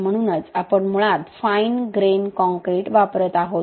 म्हणूनच आपण मुळात फाईन ग्रेन काँक्रीट वापरत आहोत